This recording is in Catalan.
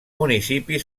municipi